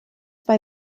bei